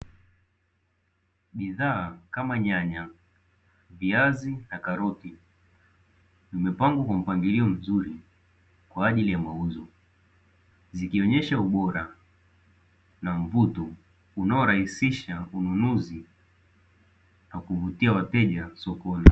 Bidhaa kama nyanya, viazi na karoti, vimepangwa kwa mpangilio mzuri kwa ajili ya mauzo, zikionesha ubora na mvuto unaorahisisha ununuzi na kuvutia wateja sokoni.